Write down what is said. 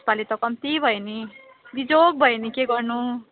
यसपालि त कम्ती भयो नि बिजोग भयो नि के गर्नु